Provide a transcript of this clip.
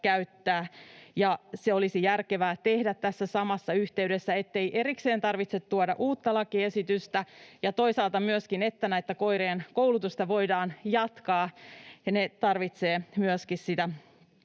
Se olisi järkevää tehdä tässä samassa yhteydessä siksi, ettei erikseen tarvitse tuoda uutta lakiesitystä, ja toisaalta myöskin siksi, että näiden koirien koulutusta voidaan jatkaa. Ne tarvitsevat myöskin sitä